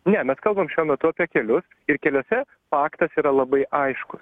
ne mes kalbam šiuo metu apie kelius ir keliuose faktas yra labai aiškus